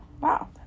wow